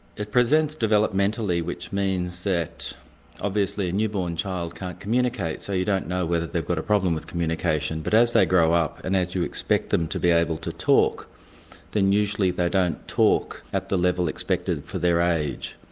it presents developmentally which means that obviously a new born child can't communicate so you don't know whether they've got a problem with communication, but as they grow up and as you would expect them to be able to talk then usually they don't talk at the level expected for their age.